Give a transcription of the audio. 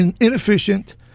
inefficient